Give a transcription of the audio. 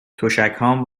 تشکهام